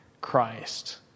Christ